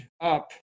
up